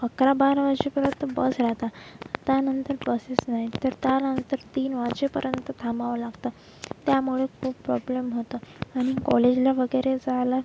अकरा बारा वाजेपर्यंत बस राहतात त्यानंतर बसेस नाहीत तर त्यानंतर तीन वाजेपर्यंत थांबावं लागतं त्यामुळे खूप प्रॉब्लेम होतात आणि कॉलेजला वगैरे जायला